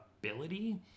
ability